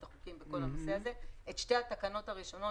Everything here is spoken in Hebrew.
החוקים בכל הנושא הזה לגבי שתי התקנות הראשונות